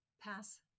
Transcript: pass